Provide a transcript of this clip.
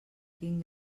quin